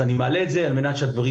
אני מעלה את זה על מנת לוודא שהדברים